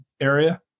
area